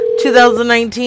2019